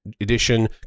edition